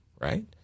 Right